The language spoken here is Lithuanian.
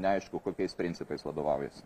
neaišku kokiais principais vadovaujasi